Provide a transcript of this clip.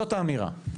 זאת האמירה.